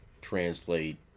translate